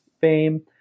fame